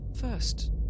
First